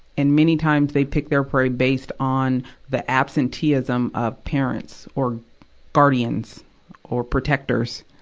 and many times, they pick their prey based on the absenteeism of parents or guardians or protectors.